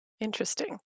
Interesting